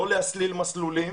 לא להסליל מסלולים